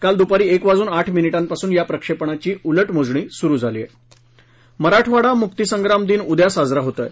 काल दुपारी एक वाजून आठ मिनिटांपासून या प्रक्षेपणाची उलटमोजणी सुरु झाली आहे मराठवाडा मुक्तिसंग्राम दिन उद्या साजरा होत आहे